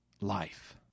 life